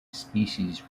species